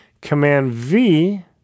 Command-V